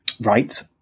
right